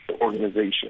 organization